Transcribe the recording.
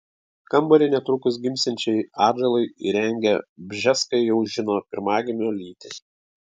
kambarį netrukus gimsiančiai atžalai įrengę bžeskai jau žino pirmagimio lytį